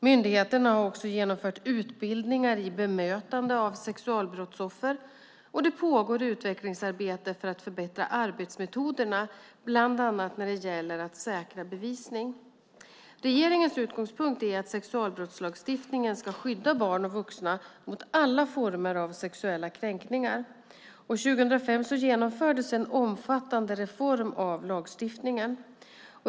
Myndigheterna har också genomfört utbildningar i bemötande av sexualbrottsoffer, och det pågår utvecklingsarbete för att förbättra arbetsmetoderna, bland annat när det gäller att säkra bevisning. Regeringens utgångspunkt är att sexualbrottslagstiftningen ska skydda barn och vuxna mot alla former av sexuella kränkningar. År 2005 genomfördes en omfattande reform av lagstiftningen.